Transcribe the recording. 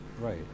Right